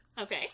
okay